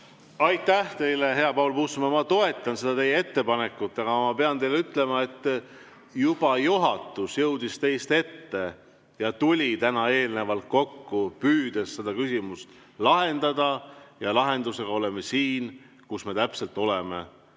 Aitäh teile, hea Paul Puustusmaa! Ma toetan teie ettepanekut, aga ma pean teile ütlema, et juhatus jõudis teist ette ja juba tuli täna kokku, püüdes seda küsimust lahendada. Ja lahendusega oleme siin, kus me täpselt oleme.